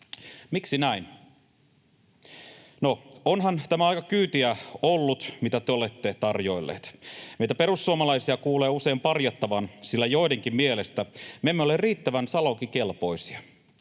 Miksi näin? No, onhan tämä aika kyytiä ollut, mitä te olette tarjoilleet. Meitä perussuomalaisia kuulee usein parjattavan, sillä joidenkin mielestä me emme ole riittävän salonkikelpoisia.